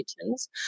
kitchens